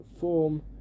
form